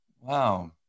wow